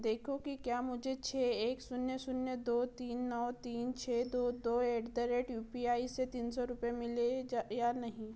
देखो कि क्या मुझे छः एक शून्य शून्य दो तीन नौ तीन छः दो दो at the rate U P I से तीन सौ रुपये मिले जा या नहीं